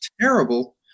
terrible